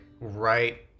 right